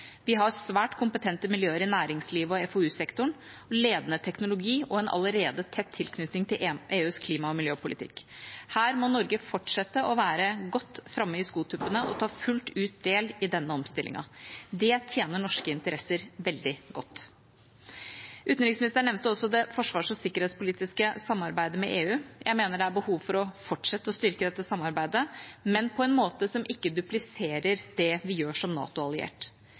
Vi har svært kompetente miljøer i næringslivet og FoU-sektoren, ledende teknologi og en allerede tett tilknytning til EUs klima- og miljøpolitikk. Her må Norge fortsette å være godt framme i skotuppene og ta fullt ut del i denne omstillingen. Det tjener norske interesser veldig godt. Utenriksministeren nevnte også det forsvars- og sikkerhetspolitiske samarbeidet med EU. Jeg mener det er behov for å fortsette å styrke dette samarbeidet, men på en måte som ikke dupliserer det vi gjør som